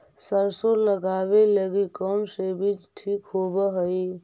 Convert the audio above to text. सरसों लगावे लगी कौन से बीज ठीक होव हई?